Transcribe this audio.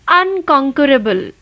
unconquerable